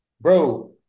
bro